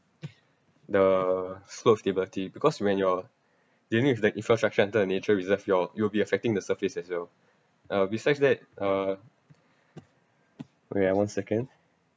the slope stability because when you're dealing with the infrastructure under the nature reserve your you'll be affecting the surface as well uh besides that uh wait ah one second